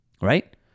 Right